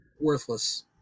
Worthless